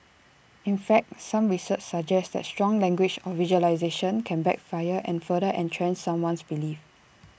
in fact some research suggests that strong language or visualisations can backfire and further entrench someone's beliefs